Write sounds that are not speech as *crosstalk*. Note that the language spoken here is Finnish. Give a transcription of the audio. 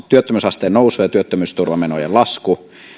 *unintelligible* työttömyysasteen nousu ja työttömyysturvamenojen lasku